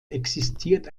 existiert